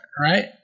Right